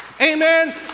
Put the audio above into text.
Amen